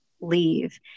leave